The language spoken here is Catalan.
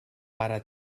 pare